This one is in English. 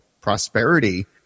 prosperity